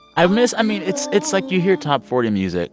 i miss i mean, it's it's like you hear top forty music